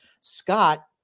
Scott